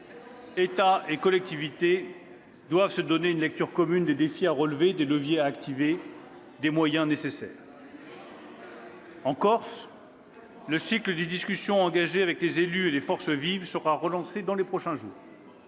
État et collectivités doivent se donner une lecture commune des défis à relever, des leviers à activer, des moyens nécessaires. « En Corse, le cycle des discussions engagé avec les élus et les forces vives sera relancé dans les prochains jours.